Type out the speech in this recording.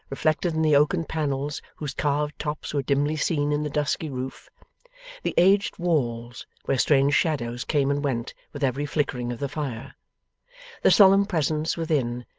reflected in the oaken panels whose carved tops were dimly seen in the dusky roof the aged walls, where strange shadows came and went with every flickering of the fire the solemn presence, within,